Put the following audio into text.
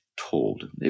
told